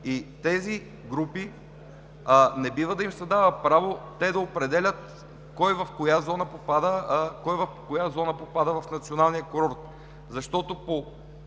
На тези групи не бива да им се дава право да определят кой в коя зона попада в националния курорт, защото по